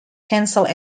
canceled